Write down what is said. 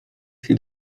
się